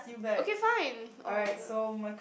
okay fine oh K